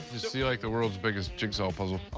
this will be like the world's biggest jigsaw puzzle.